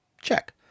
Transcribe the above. Check